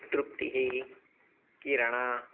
तृप्तिः किरणा